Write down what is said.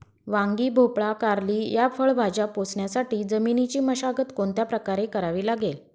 वांगी, भोपळा, कारली या फळभाज्या पोसण्यासाठी जमिनीची मशागत कोणत्या प्रकारे करावी लागेल?